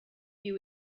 you